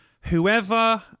whoever